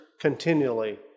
continually